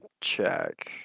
check